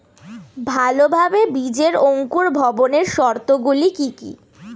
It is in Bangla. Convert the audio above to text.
ভালোভাবে বীজের অঙ্কুর ভবনের শর্ত গুলি কি কি?